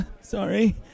Sorry